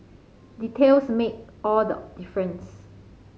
details make all the difference